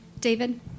david